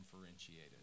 differentiated